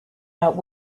about